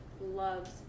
loves